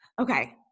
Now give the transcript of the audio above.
Okay